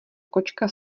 kočka